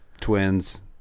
Twins